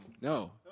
No